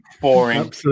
boring